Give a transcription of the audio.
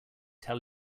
tell